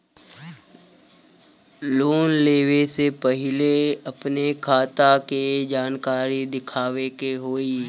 Loan लेवे से पहिले अपने खाता के जानकारी दिखावे के होई?